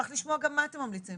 נשמח לשמוע גם מה אתם ממליצים.